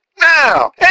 Now